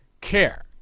care